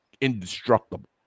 indestructible